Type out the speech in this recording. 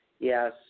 Yes